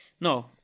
No